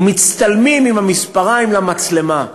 מצטלמים עם המספריים למצלמה.